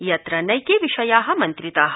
यत्र नैके विषया मन्त्रिता